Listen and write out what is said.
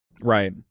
Right